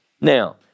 Now